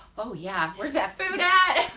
oh yeah where's that food. ah